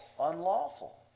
unlawful